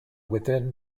within